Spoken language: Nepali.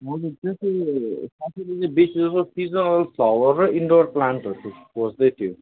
हजुर त्यो चाहिँ साथीले बेसीजस्तो सिजनल फ्लावर र इन्डोर प्लान्टहरू खोज्दै थियो